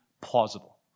plausible